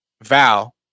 Val